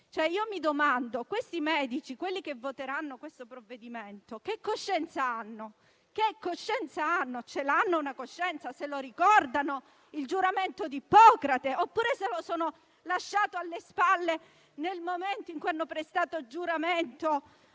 Mi domando se questi medici, quelli che voteranno il provvedimento, abbiano una coscienza. Ce l'hanno una coscienza? Ricordano il giuramento di Ippocrate, oppure se lo sono lasciato alle spalle nel momento in cui hanno prestato giuramento